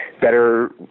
better